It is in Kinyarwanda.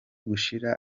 gushira